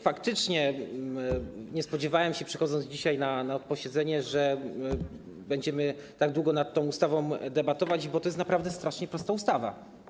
Faktycznie nie spodziewałem się, przychodząc dzisiaj na posiedzenie, że będziemy tak długo nad tą ustawą debatować, bo to jest naprawdę strasznie prosta ustawa.